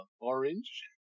orange